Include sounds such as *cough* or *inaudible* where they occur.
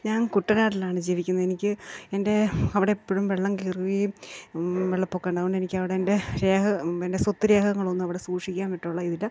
ഞാൻ കുട്ടനാട്ടിലാണ് ജീവിക്കുന്നെ എനിക്ക് എൻ്റെ അവിടെ എപ്പോഴും വെള്ളം കയറുകയും വെള്ളപ്പൊക്കം ഉണ്ട് അതുകൊണ്ട് എനിക്കവിടെ എൻ്റെ രേഖ എൻ്റെ സ്വത്ത് രേഖകളൊന്നും അവിടെ സൂക്ഷിക്കാൻ *unintelligible* ഇതില്ല